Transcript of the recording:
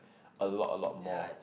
a lot a lot more